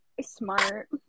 smart